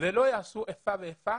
ולא יעשו איפה ואיפה